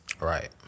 Right